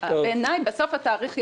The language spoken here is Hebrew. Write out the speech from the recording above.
בעיניי, בסוף התאריך יגיע.